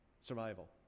survival